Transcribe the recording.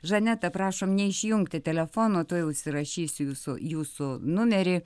žaneta prašom neišjungti telefono tuoj užsirašysiu jūsų jūsų numerį